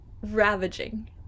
Ravaging